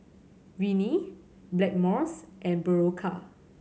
Rene Blackmores and Berocca